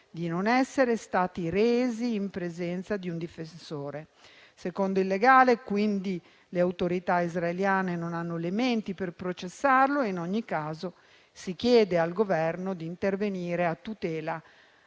di non essere stati resi in presenza di un difensore. Secondo il legale le autorità israeliane non hanno elementi per processarlo e, in ogni caso, si chiede al Governo di intervenire a tutela